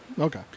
Okay